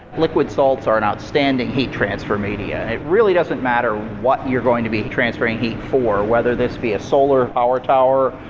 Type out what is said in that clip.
liquid salts are an outstanding heat transfer media. it really doesn't matter what you're going to be transferring heat for whether this be a solar power tower,